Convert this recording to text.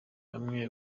bamwe